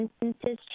instances